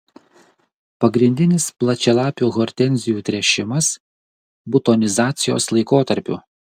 pagrindinis plačialapių hortenzijų tręšimas butonizacijos laikotarpiu